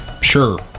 Sure